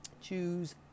choose